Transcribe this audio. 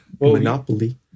Monopoly